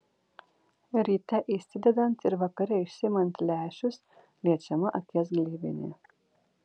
ryte įsidedant ir vakare išsiimant lęšius liečiama akies gleivinė